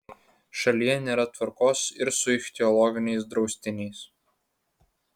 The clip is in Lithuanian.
šalyje nėra tvarkos ir su ichtiologiniais draustiniais